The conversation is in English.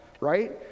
right